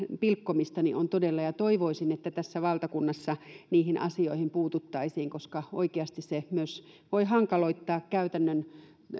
pilkkomista on todella toivoisin että tässä valtakunnassa niihin asioihin puututtaisiin koska oikeasti se voi hankaloittaa käytännön